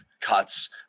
cuts